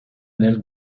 nel